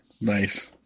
Nice